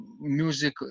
music